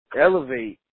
elevate